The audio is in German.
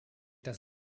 das